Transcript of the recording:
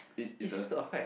it seems to affect